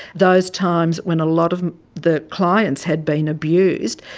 those times when a lot of the clients had been abused,